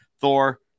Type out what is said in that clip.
thor